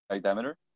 diameter